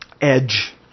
Edge